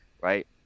right